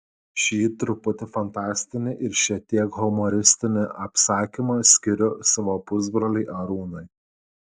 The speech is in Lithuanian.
šį truputį fantastinį ir šiek tiek humoristinį apsakymą skiriu savo pusbroliui arūnui